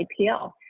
IPL